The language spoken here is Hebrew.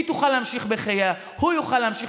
היא תוכל להמשיך בחייה, הוא יוכל להמשיך